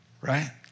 right